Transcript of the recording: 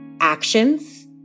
actions